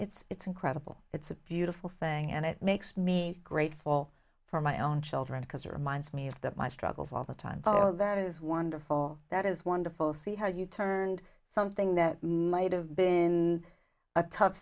mean it's incredible it's a beautiful thing and it makes me grateful for my own children because it reminds me of that my struggles all the time oh that is wonderful that is wonderful see how you turned something that might have been a tough